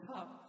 up